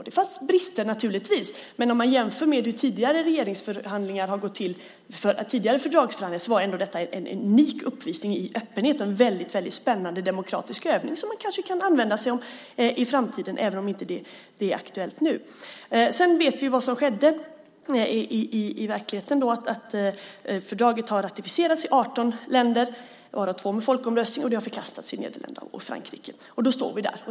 Det fanns naturligtvis brister, men om man jämför med hur tidigare fördragsförhandlingar har gått till var detta ändå en unik uppvisning i öppenhet och en väldigt spännande demokratisk övning som man kanske kan använda sig av i framtiden, även om det inte är aktuellt nu. Sedan vet vi vad som skedde i verkligheten. Fördraget har ratificerats i 18 länder varav två genom folkomröstning och det har förkastats i Nederländerna och Frankrike, och då står vi där.